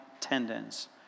tendons